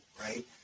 Right